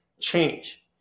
change